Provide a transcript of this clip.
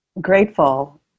grateful